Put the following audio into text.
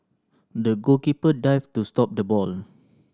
the goalkeeper dived to stop the ball